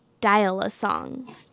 Dial-A-Song